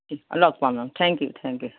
অঁ লগ পাম থেকং কিউ থেকং কিউ